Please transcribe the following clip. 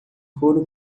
couro